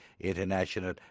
International